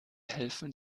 helfen